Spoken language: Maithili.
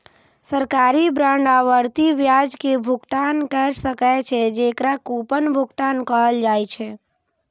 सरकारी बांड आवर्ती ब्याज के भुगतान कैर सकै छै, जेकरा कूपन भुगतान कहल जाइ छै